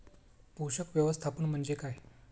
पोषक व्यवस्थापन म्हणजे काय?